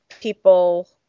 people